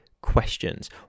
questions